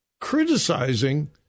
criticizing